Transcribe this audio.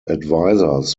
advisers